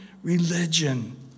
Religion